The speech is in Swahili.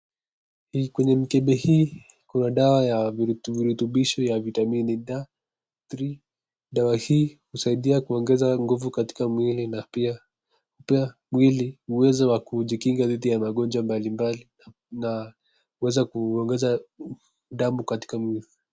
Kwenye mkebe hii kuna dawa ya virutubisho ya Vitamin D3 ,dawa hii husaidia kuongeza nguvu kwa mwili na kupea mwili uwezo wa kujikinga dhidi ya magojwa mbalimbali na kuweza kuongeza damu kwa mwili.